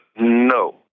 No